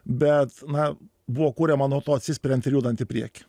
bet na buvo kuriama nuo to atsispiriant ir judant į priekį